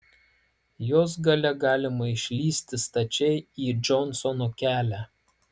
jos gale galima išlįsti stačiai į džonsono kelią